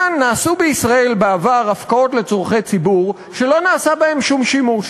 נעשו בישראל בעבר הפקעות לצורכי ציבור שלא נעשה בהן שום שימוש.